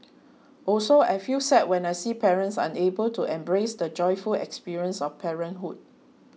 also I feel sad when I see parents unable to embrace the joyful experience of parenthood